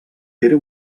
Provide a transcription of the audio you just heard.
era